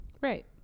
right